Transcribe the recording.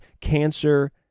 cancer